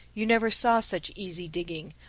you never saw such easy digging.